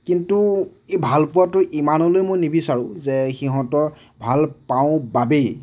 কিন্তু এই ভালপোৱাটো ইমানলৈ মই নিবিচাৰোঁ যে সিহঁতক ভালপাওঁ বাবেই